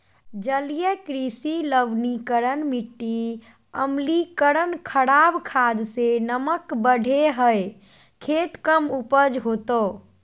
जलीय कृषि लवणीकरण मिटी अम्लीकरण खराब खाद से नमक बढ़े हइ खेत कम उपज होतो